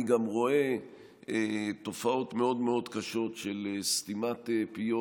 אני גם רואה תופעות מאוד מאוד קשות של סתימת פיות,